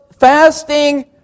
Fasting